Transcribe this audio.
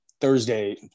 Thursday